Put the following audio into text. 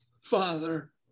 Father